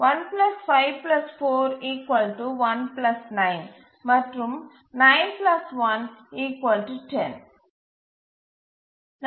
1 5 4 1 9 மற்றும் 9 1 10